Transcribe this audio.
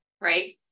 right